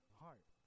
heart